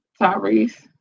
Tyrese